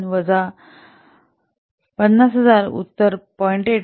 २ वजा ५०००० उत्तर ०